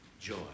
joy